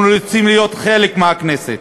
אנחנו רוצים להיות חלק מהכנסת.